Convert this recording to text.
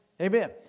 Amen